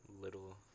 little